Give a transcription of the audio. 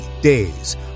days